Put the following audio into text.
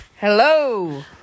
Hello